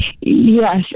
Yes